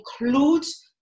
includes